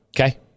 Okay